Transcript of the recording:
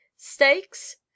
Steaks